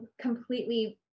completely